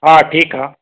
हा ठीकु आहे